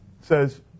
says